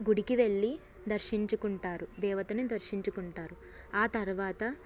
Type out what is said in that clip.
గుడికి వెళ్ళి దర్శించుకుంటారు దేవతని దర్శించుకుంటారు ఆ తరువాత